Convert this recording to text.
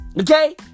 Okay